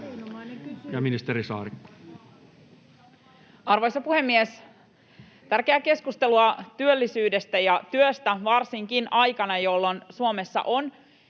Arvoisa puhemies! Tärkeää keskustelua työllisyydestä ja työstä varsinkin aikana, jolloin Suomessa on